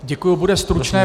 Děkuji, bude stručné.